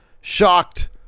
shocked